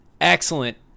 Excellent